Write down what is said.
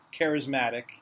charismatic